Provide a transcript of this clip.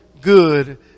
good